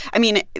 i mean,